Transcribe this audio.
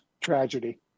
tragedy